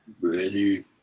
Ready